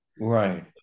Right